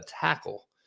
tackle